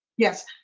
yes,